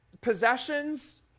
Possessions